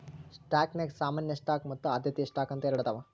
ಸ್ಟಾಕ್ನ್ಯಾಗ ಸಾಮಾನ್ಯ ಸ್ಟಾಕ್ ಮತ್ತ ಆದ್ಯತೆಯ ಸ್ಟಾಕ್ ಅಂತ ಎರಡದಾವ